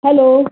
hello